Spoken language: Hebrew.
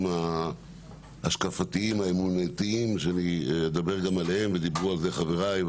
ההשקפתיים האמונתיים שדיברו עליהם חבריי.